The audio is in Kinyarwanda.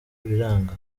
biranga